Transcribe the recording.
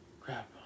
Crap